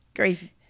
crazy